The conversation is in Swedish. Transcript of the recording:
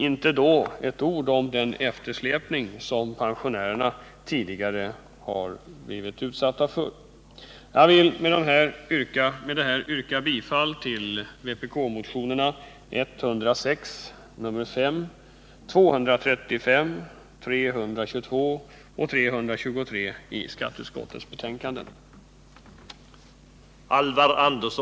Inte ett ord nämns om den eftersläpning som tidigare var faktum.